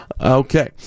Okay